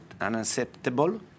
unacceptable